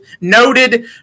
noted